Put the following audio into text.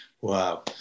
Wow